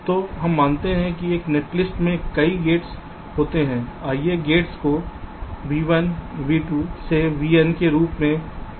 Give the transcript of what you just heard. तो हम मानते हैं कि एक नेटलिस्ट में कई गेट्स होते हैं आइए गेट्स को v1 v2 से vn के रूप में कॉल करें